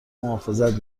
محافظت